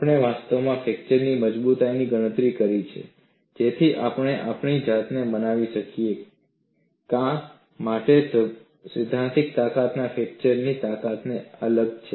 આપણે વાસ્તવમાં ફ્રેક્ચરની મજબૂતાઈની ગણતરી કરી છે જેથી આપણે આપણી જાતને મનાવી શકીએ કે શા માટે સૈદ્ધાંતિક તાકાત ફ્રેક્ચરની તાકાતથી અલગ છે